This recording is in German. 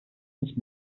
nicht